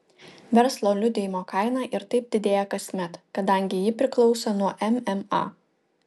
verslo liudijimo kaina ir taip didėja kasmet kadangi ji priklauso nuo mma